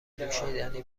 نوشیدنی